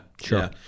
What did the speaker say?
Sure